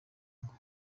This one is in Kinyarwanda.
ngo